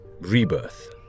rebirth